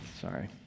sorry